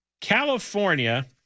California